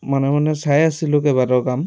মনে মনে চাই আছিলোঁ কেইবাটাও কাম